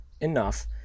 enough